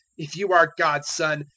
if you are god's son,